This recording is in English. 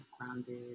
grounded